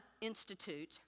Institute